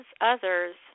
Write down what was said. others